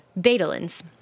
betalins